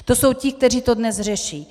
To jsou ti, kteří to dnes řeší.